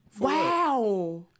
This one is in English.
Wow